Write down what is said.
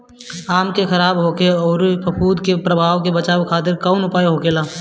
आम के खराब होखे अउर फफूद के प्रभाव से बचावे खातिर कउन उपाय होखेला?